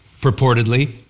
purportedly